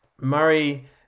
Murray